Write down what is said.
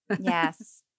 Yes